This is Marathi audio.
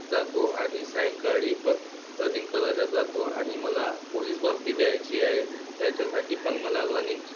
जातो आणि सायंकाळी पण रनिंग करायला जातो आणि मला पोलीस भर्ती द्यायची आहे त्याच्यासाठी पण मला लनिंग